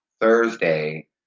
Thursday